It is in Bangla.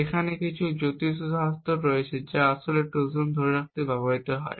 সেখানে কয়েকটি জ্যোতিষশাস্ত্র রয়েছে যা আসলে ট্রোজান ধরে রাখতে ব্যবহৃত হয়